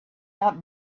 not